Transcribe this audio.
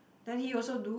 then he also do